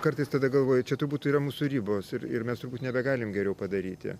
kartais tada galvoji čia turbūt yra mūsų ribos ir ir mes turbūt nebegalim geriau padaryti